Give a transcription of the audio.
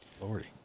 Lordy